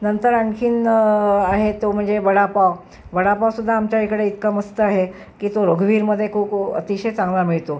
नंतर आणखी आहे तो म्हणजे वडापाव वडापावसुद्धा आमच्या इकडे इतका मस्त आहे की तो रघुवीरमध्ये को को अतिशय चांगला मिळतो